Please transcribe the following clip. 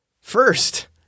First